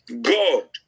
God